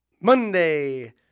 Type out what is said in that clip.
Monday